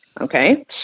Okay